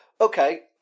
okay